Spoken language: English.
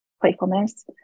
playfulness